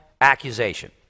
accusation